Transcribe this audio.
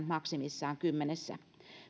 maksimissaan kymmenessä